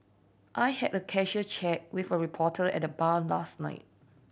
I had a casual chat with a reporter at a bar last night